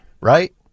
Right